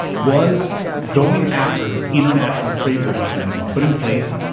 was going after the international trade regime that had been put in place,